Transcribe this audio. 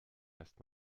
erst